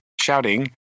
shouting